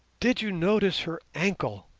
did you notice her ankle?